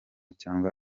cyangwa